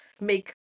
make